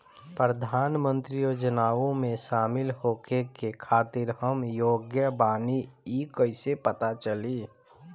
प्रधान मंत्री योजनओं में शामिल होखे के खातिर हम योग्य बानी ई कईसे पता चली?